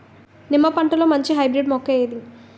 నిమ్మ పంటలో మంచి హైబ్రిడ్ మొక్క ఏది?